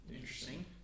Interesting